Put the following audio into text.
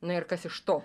na ir kas iš to